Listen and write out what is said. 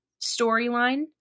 storyline